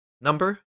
number